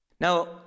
Now